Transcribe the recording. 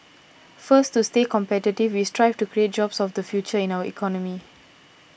first to stay competitive we strive to create jobs of the future in our economy